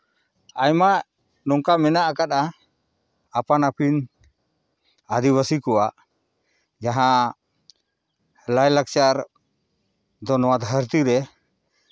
ᱟᱭᱢᱟ ᱱᱚᱝᱠᱟ ᱢᱮᱱᱟᱜ ᱟᱠᱟᱫᱟ ᱟᱯᱟᱱ ᱟᱹᱯᱤᱱ ᱟᱹᱫᱤᱵᱟᱹᱥᱤ ᱠᱚᱣᱟᱜ ᱡᱟᱦᱟᱸ ᱞᱟᱭᱼᱞᱟᱠᱪᱟᱨ ᱫᱚ ᱱᱚᱣᱟ ᱫᱷᱟᱹᱨᱛᱤ ᱨᱮ